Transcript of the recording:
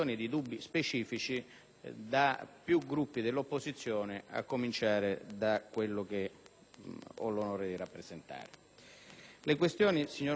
Grazie